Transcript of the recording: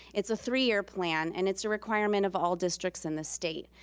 it's a three-year plan, and it's a requirement of all districts in the state.